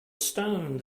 stone